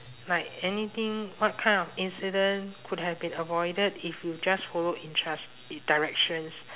like anything what kind of incident could have been avoided if you just followed instru~ i~ directions